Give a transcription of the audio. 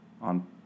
on